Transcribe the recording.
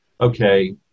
okay